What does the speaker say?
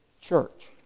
church